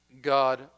God